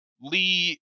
Lee